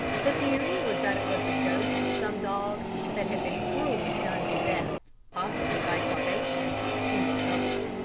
the theory was that it was the ghost of some dog that had been cruelly done to death possibly by starvation in the cupboard.